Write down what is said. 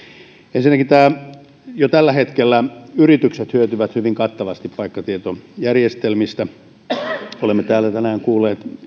ensinnäkin jo tällä hetkellä yritykset hyötyvät hyvin kattavasti paikkatietojärjestelmistä olemme täällä tänään kuulleet